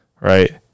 right